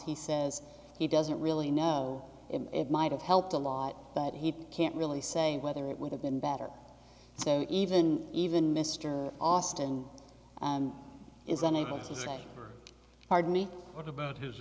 he says he doesn't really know it might have helped a lot but he can't really say whether it would have been better so even even mr austin is unable to say pardon me what about his